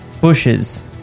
bushes